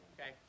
okay